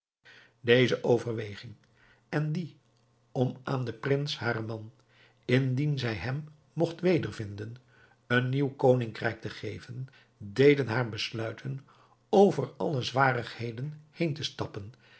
deze overweging en die om aan den prins haren man indien zij hem mogt wedervinden een nieuw koningrijk te geven deden haar besluiten over alle zwarigheden heen te stappen